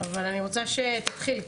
אני רוצה שתתחיל,